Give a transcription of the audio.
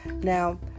Now